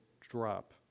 drop